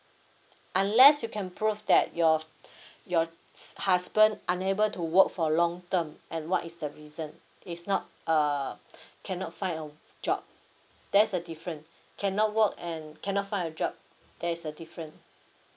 unless you can prove that your your husband unable to work for long term and what is the reason if not err cannot find a job there's a different cannot work and cannot find a job there is a different